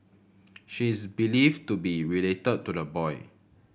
she is believed to be related to the boy